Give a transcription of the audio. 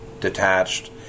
detached